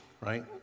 right